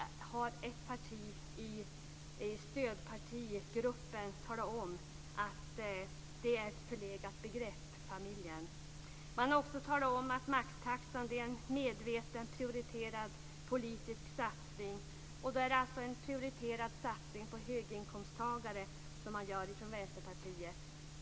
Partigruppen hos ett stödparti har talat om att familjen är ett förlegat begrepp. Man har också talat om att maxtaxan är en medvetet prioriterad politisk satsning. Vänsterpartiet gör en prioriterad satsning på höginkomsttagare.